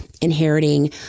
inheriting